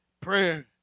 Prayer